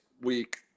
week